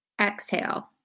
exhale